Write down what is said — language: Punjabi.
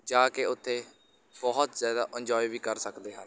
ਜਾ ਕੇ ਉੱਥੇ ਬਹੁਤ ਜ਼ਿਆਦਾ ਇੰਨਜੋਏ ਵੀ ਕਰ ਸਕਦੇ ਹਨ